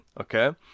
okay